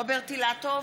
רוברט אילטוב,